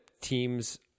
teams